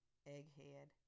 Egghead